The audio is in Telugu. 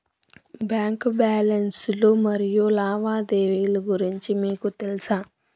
బ్యాంకు బ్యాలెన్స్ లు మరియు లావాదేవీలు గురించి మీకు తెల్సా?